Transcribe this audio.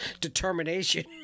determination